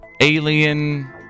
alien